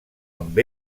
amb